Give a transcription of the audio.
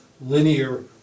linear